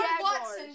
Watson